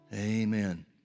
Amen